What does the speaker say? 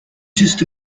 just